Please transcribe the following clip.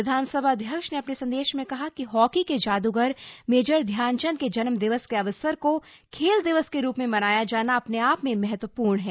विधानसभा अध्यक्ष ने अपने संदेश में कहा कि हॉकी के जादूगर मेजर ध्यानचन्द के जन्म दिवस के अवसर को खेल दिवस के रूप में मनाया जाना अपने आप में महत्वपूर्ण है